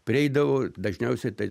prieidavau dažniausiai tai